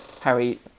Harry